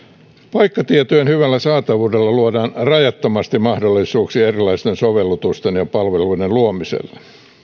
paikkatietojen hyvällä saatavuudella luodaan rajattomasti mahdollisuuksia erilaisten sovellutusten ja palveluiden luomiselle